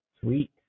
Sweet